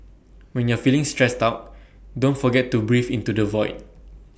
when you are feeling stressed out don't forget to breathe into the void